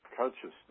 consciousness